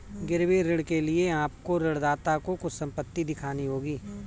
गिरवी ऋण के लिए आपको ऋणदाता को कुछ संपत्ति दिखानी होगी